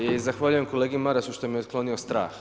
I zahvaljujem kolegi Marasu što mi je otklonio strah.